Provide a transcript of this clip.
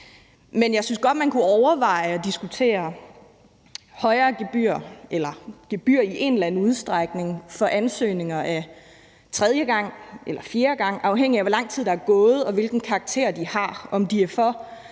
Men jeg synes godt, man kunne overveje at diskutere højere gebyrer eller gebyrer i en eller anden udstrækning for ansøgninger tredje gang eller fjerde gang, afhængig af hvor lang tid der er gået og hvilken karakter de har, altså om